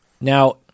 now